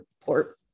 report